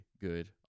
good